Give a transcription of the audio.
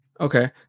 okay